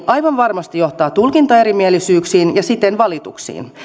aivan varmasti johtaa tulkintaerimielisyyksiin ja siten valituksiin